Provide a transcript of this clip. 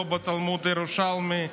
לא בתלמוד ירושלמי,